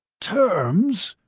terms!